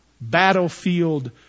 battlefield